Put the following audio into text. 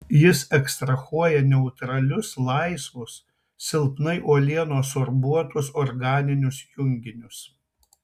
jis ekstrahuoja neutralius laisvus silpnai uolienos sorbuotus organinius junginius